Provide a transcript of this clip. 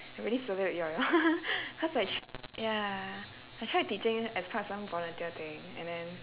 I already cause like s~ ya I tried teaching as part some volunteer thing and then